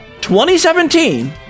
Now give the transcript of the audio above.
2017